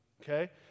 okay